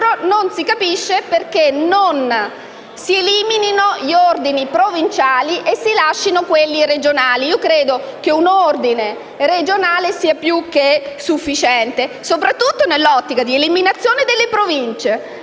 non si capisce perché non si eliminino gli ordini provinciali e si mantengano quelli regionali. Io credo che un ordine regionale sia più che sufficiente, soprattutto nell'ottica dell'eliminazione delle Province.